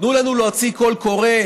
תנו לנו להוציא קול קורא.